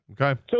Okay